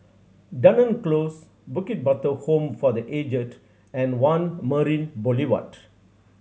Dunearn Close Bukit Batok Home for The Aged and One Marina Boulevard